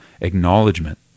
acknowledgement